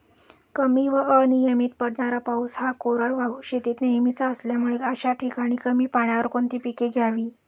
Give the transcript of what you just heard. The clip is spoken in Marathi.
कमी व अनियमित पडणारा पाऊस हा कोरडवाहू शेतीत नेहमीचा असल्यामुळे अशा ठिकाणी कमी पाण्यावर कोणती पिके घ्यावी?